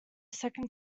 second